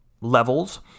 levels